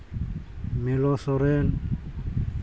Melo Soren